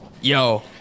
Yo